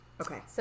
Okay